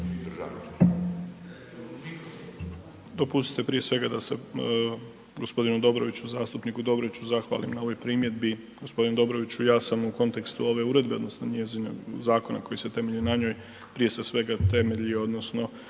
Dobroviću ja sam u kontekstu ove uredbe odnosno njezine, zakona koji se temelji na njoj, prije se svega temelji odnosno